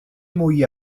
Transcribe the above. mwy